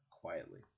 quietly